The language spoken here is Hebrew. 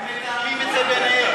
הם מתאמים את זה ביניהם.